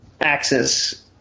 Axis